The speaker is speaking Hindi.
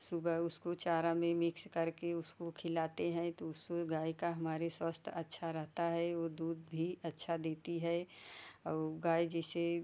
सुबह उसको चारा में मिक्स करके उसको खिलाते हैं तो उस गाय का हमारे स्वस्थ अच्छा रहता है वो दूध भी अच्छा देती है औ गाय जैसे